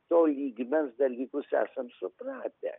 to lygio mes dalykus esam supratę